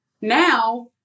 now